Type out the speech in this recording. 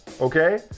Okay